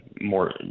more